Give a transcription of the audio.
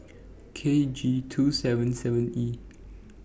K G two seven seven E